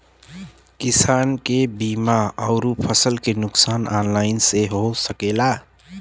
किसान के बीमा अउर फसल के नुकसान ऑनलाइन से हो सकेला?